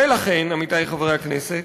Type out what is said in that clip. ולכן, עמיתי חברי הכנסת,